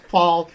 Paul